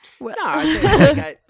No